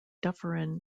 dufferin